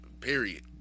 Period